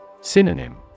Synonym